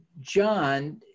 John